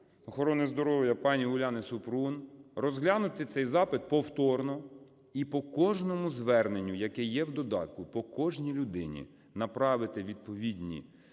охорони здоров'я пані Уляни Супрун розглянути цей запит повторно і по кожному зверненню, яке є в додатку, по кожній людині направити відповідні